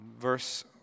verse